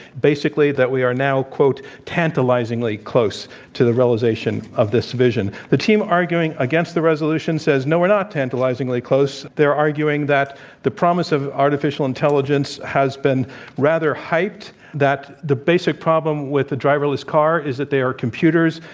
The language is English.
basically, that we are now tantalizingly close to the realization of this vision. the team arguing against the resolution says, no, we're not tantalizingly close. they're arguing that the promise of artificial intelligence has been rather hyped that the basic problem with the driverless car is that they are computers,